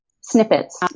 snippets